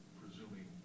presuming